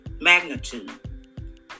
Magnitude